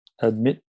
admit